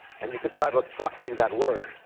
and you can drive a truck through that word,